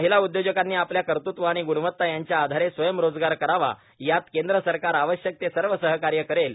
महिला उद्योजकांनी आपल्या कर्तुत्व आणि गुणवत्ता यांच्या आषारे स्वयंरोजगार करावा यात केंद्र सरकार आवश्यक ते सर्व सहकार्य करेल